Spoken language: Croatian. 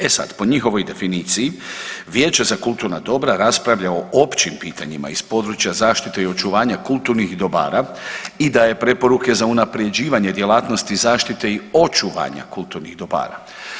E sad, po njihovoj definiciji vijeće za kulturna dobra raspravlja o općim pitanjima iz područja zaštite i očuvanja kulturnih dobara i dalje preporuke za unapređivanje djelatnosti zaštite i očuvanja kulturnih dobara.